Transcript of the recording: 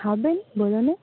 હા બેન બોલોને